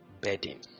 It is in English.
Bedding